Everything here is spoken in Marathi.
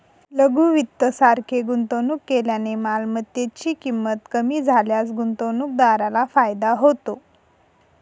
लघु वित्त सारखे गुंतवणूक केल्याने मालमत्तेची ची किंमत कमी झाल्यास गुंतवणूकदाराला फायदा होतो